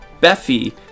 Buffy